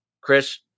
Chris